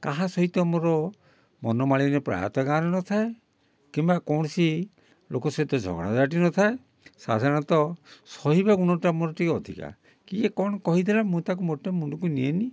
କାହା ସହିତ ମୋର ମନୋମାଳିନ୍ୟ ପ୍ରାୟ ତ କାହାର ନଥାଏ କିମ୍ବା କୌଣସି ଲୋକ ସହିତ ଝଗଡ଼ା ଝାଟି ନଥାଏ ସାଧାରଣତଃ ସହିବା ଗୁଣଟା ମୋର ଟିକେ ଅଧିକା କିଏ କ'ଣ କହିଦେଲା ମୁଁ ତାକୁ ମୋଟେ ମୁଣ୍ଡକୁ ନିଏନି